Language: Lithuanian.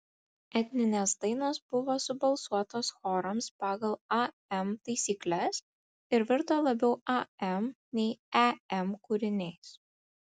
etninės dainos buvo subalsuotos chorams pagal am taisykles ir virto labiau am nei em kūriniais